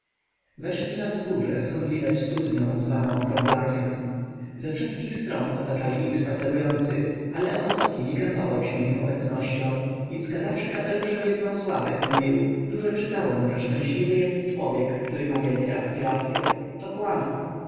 weszli na wzgórze zkąd widać studnią zwaną okrąglakiem ze wszystkich stron otaczali ich spacerujący ale ochocki nie krępował się ich obecnością i wskazawszy kapeluszem jednę z ławek mówił dużo czytałem że szczęśliwy jest człowiek który ma wielkie aspiracye to kłamstwo